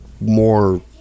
more